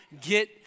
Get